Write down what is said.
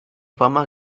fama